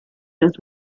los